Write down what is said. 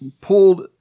pulled